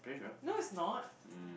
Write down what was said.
no it's not